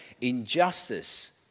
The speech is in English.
injustice